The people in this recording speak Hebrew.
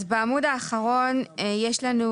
בעמוד האחרון יש לנו